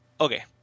Okay